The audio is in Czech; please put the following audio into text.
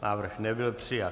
Návrh nebyl přijat.